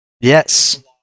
Yes